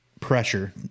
pressure